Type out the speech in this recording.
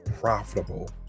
profitable